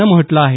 नं म्हटलं आहे